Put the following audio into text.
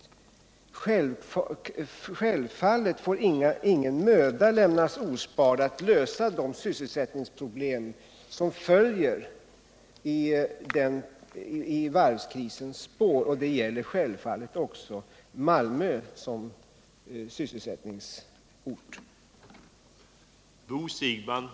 Det får självfallet inte sparas någon möda när det gäller att lösa de sysselsättningsproblem som följer i varvskrisens spår, och detta gäller naturligtvis också för Malmö som sysselsättningsort.